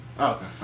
Okay